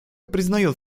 признает